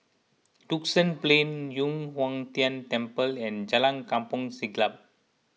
Duxton Plain Yu Huang Tian Temple and Jalan Kampong Siglap